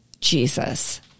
Jesus